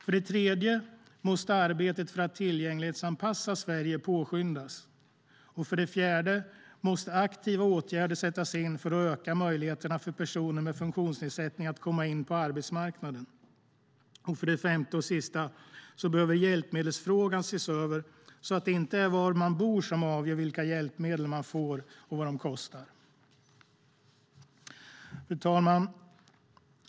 För det tredje måste arbetet för att tillgänglighetsanpassa Sverige påskyndas. För det fjärde måste aktiva åtgärder sättas in för att öka möjligheterna för personer med funktionsnedsättning att komma in på arbetsmarknaden. För det femte och sista behöver hjälpmedelsfrågan ses över så att det inte är var man bor som avgör vilka hjälpmedel man får och vad de kostar. Fru talman!